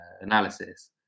analysis